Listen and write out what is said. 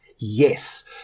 YES